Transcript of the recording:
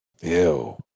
Ew